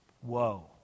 whoa